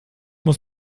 muss